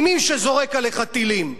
עם מי שזורק עליך טילים.